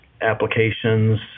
applications